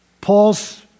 Paul's